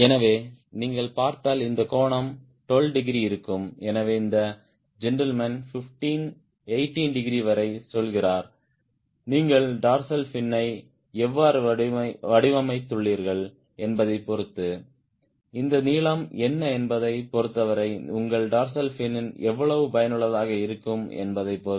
எனவே நீங்கள் பார்த்தால் இந்த கோணம் 12 டிகிரி இருக்கும் எனவே இந்த ஜென்டில்மேன் 15 18 டிகிரி வரை செல்கிறார் நீங்கள் டார்சல் ஃபினை எவ்வாறு வடிவமைத்துள்ளீர்கள் என்பதைப் பொறுத்து இந்த நீளம் என்ன என்பதைப் பொறுத்தவரை உங்கள் டார்சல் ஃபின் எவ்வளவு பயனுள்ளதாக இருக்கும் என்பதைப் பொறுத்து